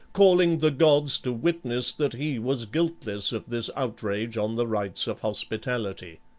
calling the gods to witness that he was guiltless of this outrage on the rights of hospitality.